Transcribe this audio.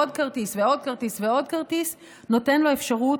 עוד כרטיס ועוד כרטיס ועוד כרטיס נותן לו את האפשרות